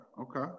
okay